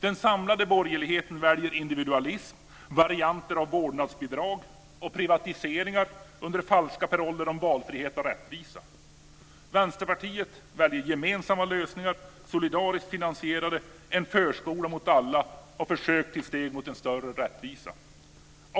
Den samlade borgerligheten väljer individualism, varianter av vårdnadsbidrag och privatiseringar under falska paroller om valfrihet och rättvisa. Vänsterpartiet väljer gemensamma lösningar, solidariskt finansierade, en förskola för alla och försök till steg mot större rättvisa.